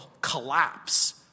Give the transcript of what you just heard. collapse